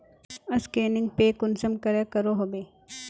Scanning पे कुंसम करे करो होबे?